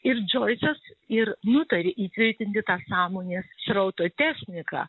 ir džoisas ir nutarė įtvirtinti tą sąmonės srauto techniką